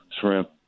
shrimp